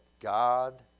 God